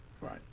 right